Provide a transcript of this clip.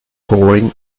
quarrying